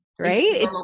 Right